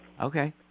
Okay